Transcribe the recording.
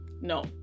no